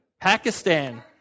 Pakistan